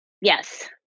yes